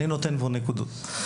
אני נותן פה נקודות.